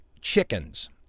chickens